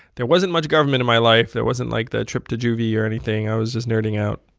there wasn't much government in my life. there wasn't, like, the trip to juvie or anything. i was just nerding out